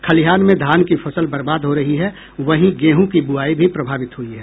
खलिहान में धान की फसल बर्बाद हो रही है वहीं गेहूँ की बुआई भी प्रभावित हुई है